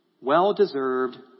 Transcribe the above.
Well-deserved